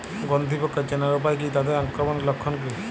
গন্ধি পোকা চেনার উপায় কী তাদের আক্রমণের লক্ষণ কী?